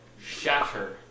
shatter